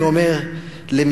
אני אומר לממשלה,